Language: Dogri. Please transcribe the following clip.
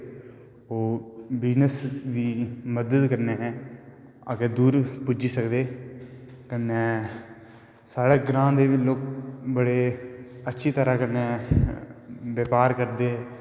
ओह् बिजनस दी मदद कन्नै अग्गैं दूर पुज्जी सकदे कन्नै साढ़े ग्रांऽ दजे बी बड़ी अच्छी तरां व्यपार करदे